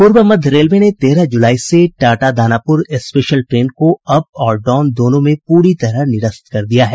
पूर्व मध्य रेलवे ने तेरह जुलाई से टाटा दानापुर स्पेशल ट्रेन को अप और डाउन दोनों में पूरी तरह निरस्त कर दिया है